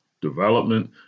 development